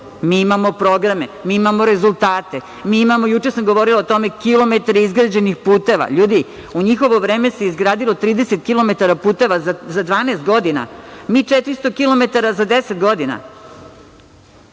Mi imamo programe, mi imamo rezultate, mi imamo, juče sam govorila o tome, kilometre izgrađenih puteva. Ljudi, u njihovo vreme se izgradilo 30 kilometara puteva za 12 godina, mi 400 kilometara za 10 godina.